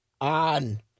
on